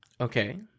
Okay